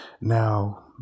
Now